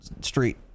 street